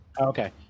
Okay